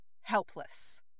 helpless